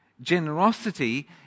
Generosity